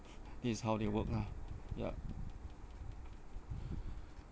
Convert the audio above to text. this is how they work lah yup